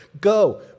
Go